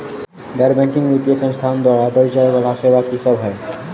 गैर बैंकिंग वित्तीय संस्थान द्वारा देय जाए वला सेवा की सब है?